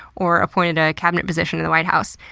or appointed a cabinet position in the white house.